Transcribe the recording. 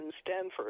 Stanford